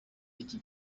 iki